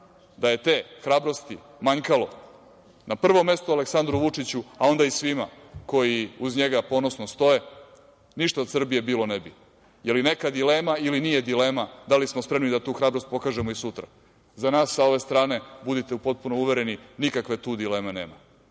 da je te hrabrosti manjkalo na prvom mestu Aleksandru Vučiću, a onda i svima koji uz njega ponosno stoje, ništa od Srbije bilo ne bi. Je li neka dilema ili nije dilema da li smo spremni da tu hrabrost pokažemo i sutra? Za nas sa ove strane, budite potpuno uvereni, nikakve tu dileme nema.